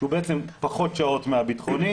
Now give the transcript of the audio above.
שהוא בעצם פחות שעות מהביטחוני,